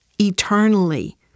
eternally